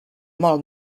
mol